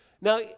Now